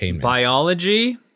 Biology